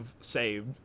saved